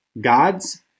Gods